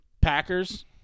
Packers